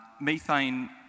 Methane